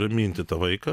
raminti tą vaiką